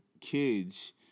kids